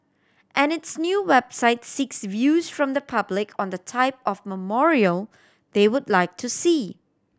and its new website seeks views from the public on the type of memorial they would like to see